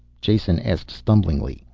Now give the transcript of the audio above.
jason asked stumblingly.